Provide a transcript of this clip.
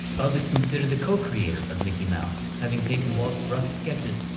ub is considered the co-creator of mickey mouse, having taken walt's rough sketches,